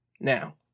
now